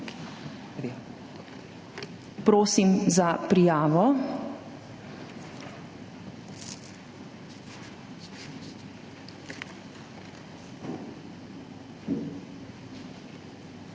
Prosim za prijavo.